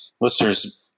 listeners